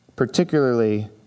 particularly